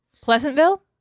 Pleasantville